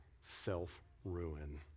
self-ruin